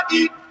eat